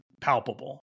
palpable